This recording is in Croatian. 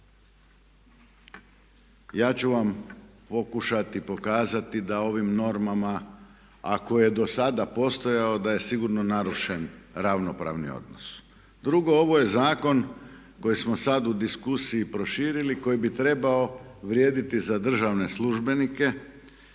Ja ću vam pokušati pokazati da ovim normama ako je do sada postojao da je sigurno narušen ravnopravni odnos. Drugo ovo je zakon koji smo sada u diskusiji proširili koji bi trebao vrijediti za državne službenike